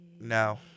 No